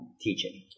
teaching